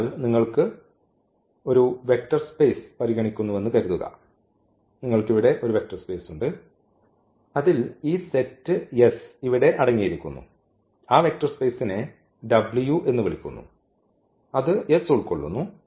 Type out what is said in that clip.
അതിനാൽ നിങ്ങൾക്ക് ഒരു വെക്റ്റർ സ്പേസ് പരിഗണിക്കുന്നുവെന്ന് കരുതുക നിങ്ങൾക്ക് ഇവിടെ ഒരു വെക്റ്റർ സ്പേസ് ഉണ്ട് അതിൽ ഈ സെറ്റ് S ഇവിടെ അടങ്ങിയിരിക്കുന്നു ആ വെക്റ്റർ സ്പേസ്നെ w എന്ന് വിളിക്കുന്നു അത് S ഉൾക്കൊള്ളുന്നു